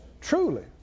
truly